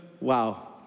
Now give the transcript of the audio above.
wow